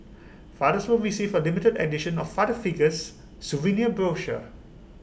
fathers will receive A limited edition of father figures souvenir brochure